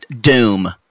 doom